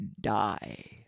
die